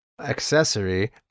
accessory